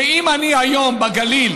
שאם אני היום בגליל